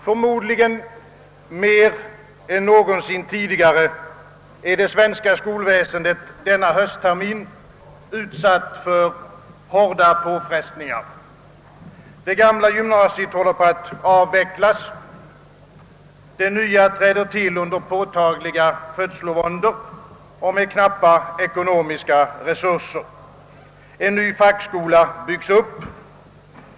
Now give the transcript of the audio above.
Förmodligen mer än någonsin tidigare är det svenska skolväsendet denna hösttermin utsatt för hårda påfrestningar. Det gamla gymnasiet håller på att avvecklas, det nya träder till under påtagliga födslovåndor och med knappa ekonomiska resurser. En ny fackskola bygges upp.